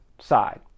side